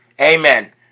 Amen